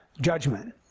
judgment